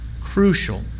crucial